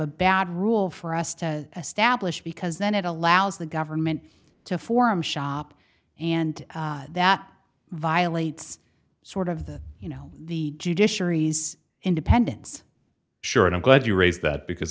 a bad rule for us to establish because then it allows the government to form shop and that violates sort of the you know the judiciary's independence sure and i'm glad you raised that because